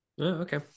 Okay